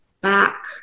back